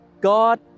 God